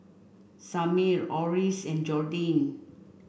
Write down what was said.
Samir Oris and Jordyn